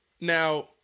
Now